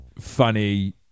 funny